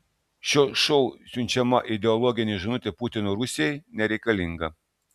šio šou siunčiama ideologinė žinutė putino rusijai nereikalinga